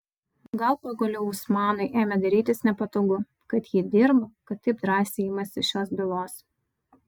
gal pagaliau osmanui ėmė darytis nepatogu kad ji dirba kad taip drąsiai imasi šios bylos